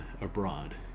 abroad